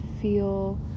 feel